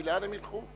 כי לאן הם ילכו?